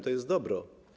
To jest dobro.